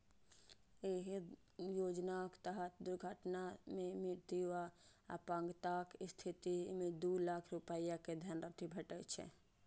एहि योजनाक तहत दुर्घटना मे मृत्यु आ अपंगताक स्थिति मे दू लाख रुपैया के धनराशि भेटै छै